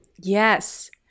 Yes